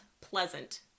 pleasant